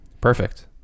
Perfect